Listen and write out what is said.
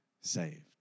saved